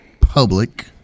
public